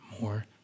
more